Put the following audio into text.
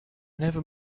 never